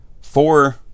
four